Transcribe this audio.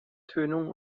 tönung